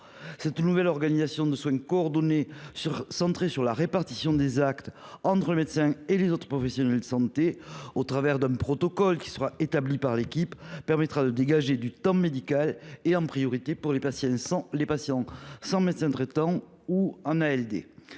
Cette nouvelle organisation de soins coordonnée centrée sur la répartition des actes entre le médecin traitant et les autres professionnels de santé au travers d’un protocole dûment établi par l’équipe permettra de dégager du temps médical en priorité pour les patients sans médecin traitant ou en